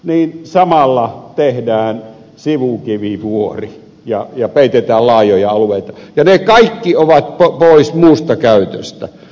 olin sahalla tehdään monttu tehdään sivukivivuori ja peitetään laajoja alueita ja ne kaikki ovat pois muusta käytöstä